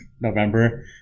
November